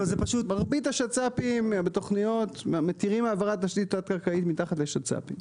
מרבית השצ"פים בתוכניות מתירים העברת תשתית תת-קרקעית מתחת לשצ"פים.